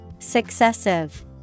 Successive